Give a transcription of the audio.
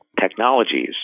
technologies